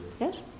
Yes